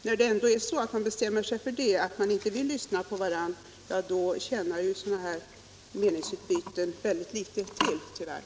När man ändå bestämmer sig för att man inte vill lyssna på varandra tjänar sådana här meningsutbyten väldigt litet till, tyvärr.